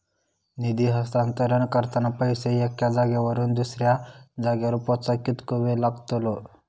निधी हस्तांतरण करताना पैसे एक्या जाग्यावरून दुसऱ्या जाग्यार पोचाक कितको वेळ लागतलो?